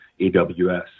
AWS